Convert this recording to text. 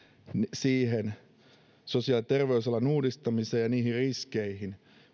sosiaali ja terveysalan uudistamiseen ja niihin riskeihin